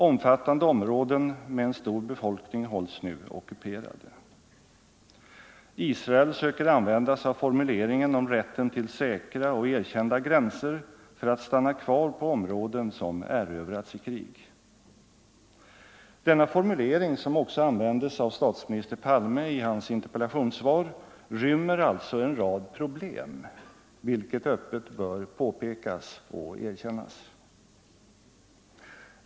Omfattande områden med stor befolkning hålls nu ockuperade. Israel söker använda sig av formuleringen om rätten till säkra och erkända gränser för att stanna kvar på områden som erövrats i krig. Denna formulering, som också använts av statsminister Palme i hans interpellationssvar, rymmer alltså en rad problem vilket öppet bör påpekas och erkännas.